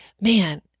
man